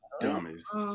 Dumbest